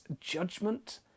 judgment